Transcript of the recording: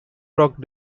rock